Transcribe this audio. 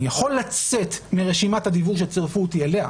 אני יכול לצאת מרשימת הדיוור שצירפו אותי אליה,